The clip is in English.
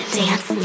dance